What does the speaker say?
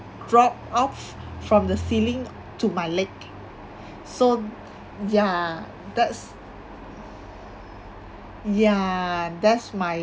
drop off from the ceiling to my leg so ya that's ya that's my